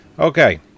Okay